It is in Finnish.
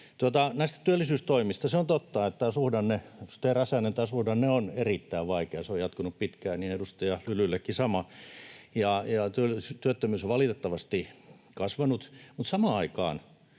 Näistä työllisyystoimista. Se on totta, edustaja Räsänen, että tämä suhdanne on erittäin vaikea ja se on jatkunut pitkään — niin, edustaja Lylyllekin sama — ja työttömyys on valitettavasti kasvanut, mutta samaan aikaan